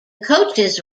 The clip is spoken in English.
coaches